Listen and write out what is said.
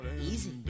Easy